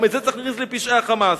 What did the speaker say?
גם את זה צריך להכניס לפשעי ה"חמאס".